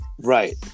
right